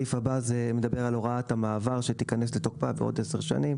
הסעיף הבא מדבר על הוראת המעבר שתיכנס לתוקפה בעוד עשר שנים,